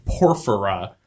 Porphyra